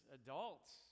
adults